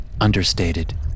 understated